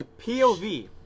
POV